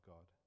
God